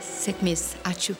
sėkmės ačiū